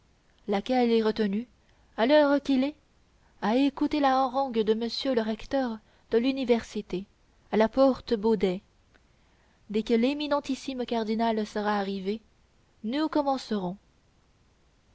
laquelle est retenue à l'heure qu'il est à écouter la harangue de monsieur le recteur de l'université à la porte baudets dès que l'éminentissime cardinal sera arrivé nous commencerons